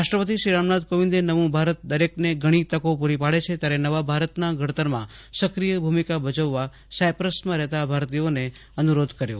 રાષ્ટ્રપતિ રામનાથ કોવિંદે નવું ભારત દરેકને ઘણી તકો પૂરી પાડે છે ત્યારે નવા ભારતના ઘડતરમાં સક્રિય ભૂમિકા ભજવવા સાયપ્રસમાં રહેતા ભારતીયોને અનુરોધ કર્યો